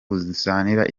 buzanira